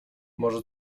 może